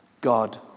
God